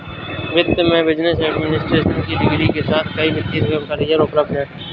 वित्त में business administration की डिग्री के साथ कई वित्तीय करियर उपलब्ध हैं